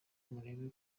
murebe